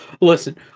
Listen